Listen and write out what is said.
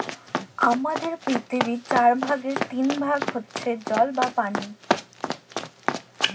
হামাদের পৃথিবীর চার ভাগের তিন ভাগ হইসে জল বা পানি